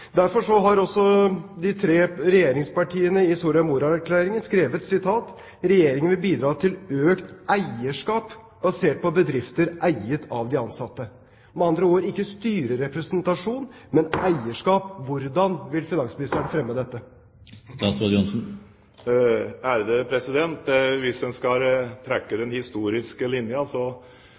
Derfor har også de tre regjeringspartiene i Soria Moria-erklæringen skrevet: «Regjeringen vil bidra til økt eierskap basert på bedrifter eiet av de ansatte» – med andre ord ikke styrerepresentasjon, men eierskap. Hvordan vil finansministeren fremme dette? Hvis en skal trekke den historiske